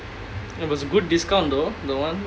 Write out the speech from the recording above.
that was a good discount though the [one]